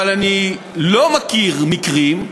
אבל אני לא מכיר מקרים,